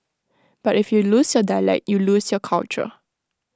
but if you lose your dialect you lose your culture